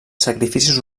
sacrificis